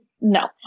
no